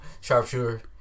sharpshooter